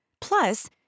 Plus